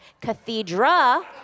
cathedra